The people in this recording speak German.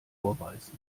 vorweisen